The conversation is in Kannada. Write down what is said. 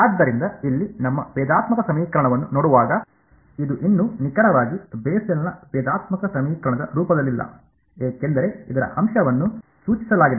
ಆದ್ದರಿಂದ ಇಲ್ಲಿ ನಮ್ಮ ಭೇದಾತ್ಮಕ ಸಮೀಕರಣವನ್ನು ನೋಡುವಾಗ ಇದು ಇನ್ನೂ ನಿಖರವಾಗಿ ಬೆಸೆಲ್ನ ಭೇದಾತ್ಮಕ ಸಮೀಕರಣದ ರೂಪದಲ್ಲಿಲ್ಲ ಏಕೆಂದರೆ ಇದರ ಅಂಶವನ್ನು ಸೂಚಿಸಲಾಗಿದೆ